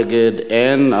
נגד, אין.